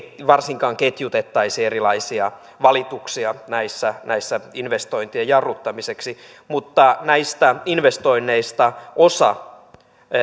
varsinkaan ketjutettaisi erilaisia valituksia investointien jarruttamiseksi mutta näistä investoinneista osa